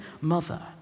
mother